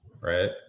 right